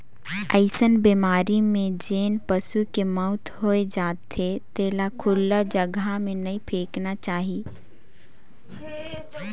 अइसन बेमारी में जेन पसू के मउत हो जाथे तेला खुल्ला जघा में नइ फेकना चाही